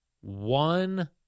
one